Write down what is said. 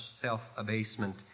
self-abasement